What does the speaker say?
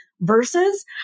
versus